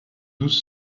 douze